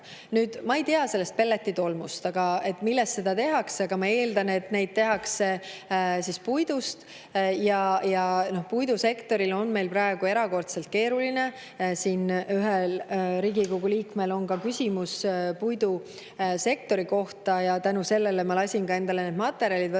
ei tea selle pelletitolmu kohta või millest [pelleteid] tehakse, aga ma eeldan, et neid tehakse puidust, ja puidusektoril on meil praegu erakordselt keeruline [aeg]. Siin ühel Riigikogu liikmel on ka küsimus puidusektori kohta ja tänu sellele ma lasin endale need materjalid välja